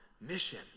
mission